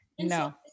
No